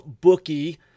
bookie